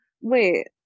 Wait